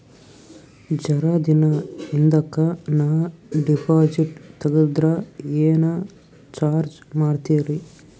ಜರ ದಿನ ಹಿಂದಕ ನಾ ಡಿಪಾಜಿಟ್ ತಗದ್ರ ಏನ ಚಾರ್ಜ ಮಾಡ್ತೀರಿ?